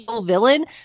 villain